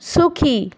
সুখী